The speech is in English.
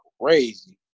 crazy